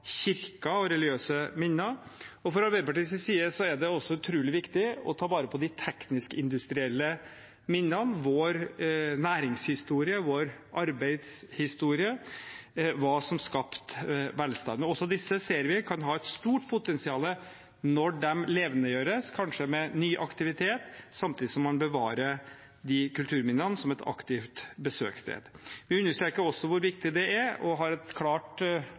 kirker og religiøse minner. Fra Arbeiderpartiets side er det også utrolig viktig å ta vare på de teknisk-industrielle minnene, vår næringshistorie, vår arbeidshistorie, hva som skapte velstand. Også disse ser vi kan ha et stort potensial når de levendegjøres, kanskje med ny aktivitet, samtidig som man bevarer disse kulturminnene som et aktivt besøkssted. Vi understreker også hvor viktig det er å ha – hva skal vi kalle det – et klart